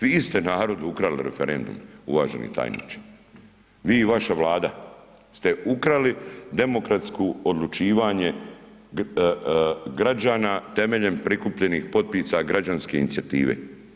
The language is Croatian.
Vi ste narodu ukrali referendum, uvaženi tajniče, vi i vaša Vlada ste ukrali demokratsko odlučivanje građana temeljem prikupljenih potpisa građanske inicijative.